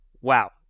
Wow